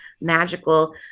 magical